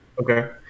Okay